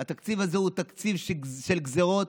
התקציב הזה הוא תקציב של גזרות,